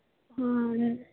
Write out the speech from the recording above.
ಹಾಂ ಅದೇ ಅದೇ